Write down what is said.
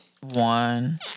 one